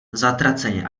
zatraceně